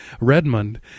Redmond